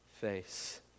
face